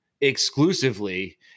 exclusively